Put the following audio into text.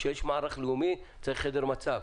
כשיש מערך לאומי, צריך חדר מצב.